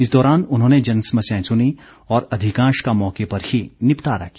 इस दौरान उन्होंने जनसमस्याएं सुनी और अधिकांश का मौके पर ही निपटारा किया